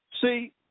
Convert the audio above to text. See